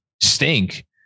stink